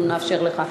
אנחנו נאפשר לך.